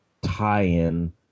tie-in